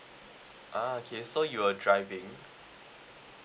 ah okay so you were driving